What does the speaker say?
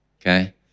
okay